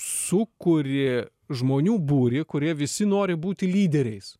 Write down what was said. sukuri žmonių būrį kurie visi nori būti lyderiais